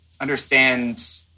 understand